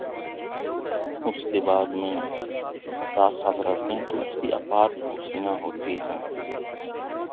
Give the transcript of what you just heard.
उसके बाद में साथ साथ रहते हैं तो उसकी अपार खुशियां होती हैं